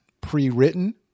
pre-written